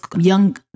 young